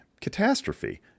catastrophe